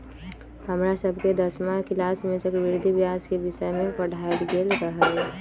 हमरा सभके दसमा किलास में चक्रवृद्धि ब्याज के विषय में पढ़ायल गेल रहै